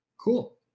Cool